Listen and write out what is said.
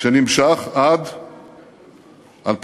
שנמשך עד 2010